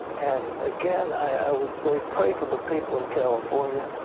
and again, i would say pray for the people in california.